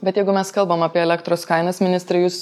bet jeigu mes kalbame apie elektros kainas ministre jūs